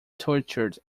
tortured